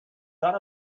got